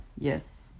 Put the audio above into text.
Yes